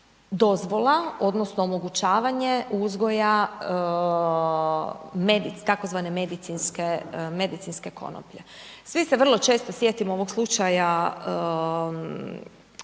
dozvola odnosno omogućavanje uzgoja tzv. medicinske konoplje. Svi se vrlo često sjetimo ovog slučaja,